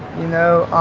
you know,